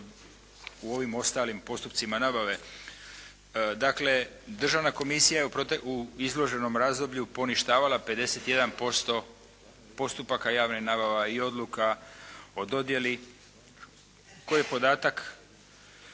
u ovim ostalim postupcima nabave. Dakle, državne komisija je u izloženom razdoblju poništavala 51% postupaka javnih nabava i odluka o dodijeli, koji podatak